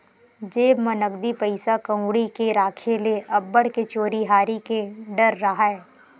जेब म नकदी पइसा कउड़ी के राखे ले अब्बड़ के चोरी हारी के डर राहय